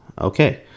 Okay